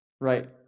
right